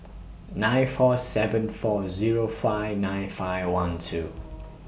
nine four seven four Zero five nine five one two